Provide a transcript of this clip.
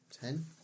Ten